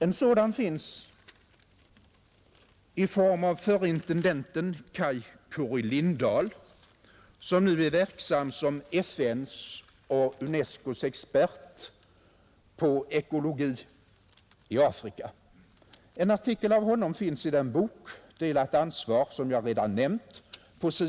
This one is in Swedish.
En sådan är förre intendenten Kai Curry-Lindahl som nu är verksam som FN:s och UNESCO:s expert på ekologi i Afrika. En artikel av honom finns i den bok, Delat ansvar, som jag redan nämnt.